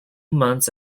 months